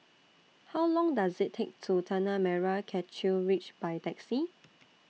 How Long Does IT Take to get to Tanah Merah Kechil Ridge By Taxi